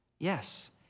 Yes